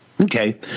Okay